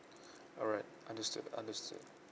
alright understood understood